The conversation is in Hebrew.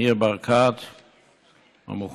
ניר ברקת המכובד,